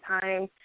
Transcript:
time